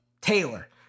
Taylor